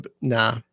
nah